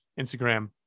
instagram